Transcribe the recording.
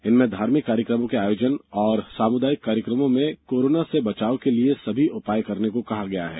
इनमें धार्मिक कार्यक्रमों के आयोजन और सामुदायिक कार्यक्रमों में कोरोना से बचाव के लिए सभी उपाय करने को कहा गया है